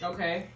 Okay